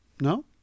No